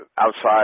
outside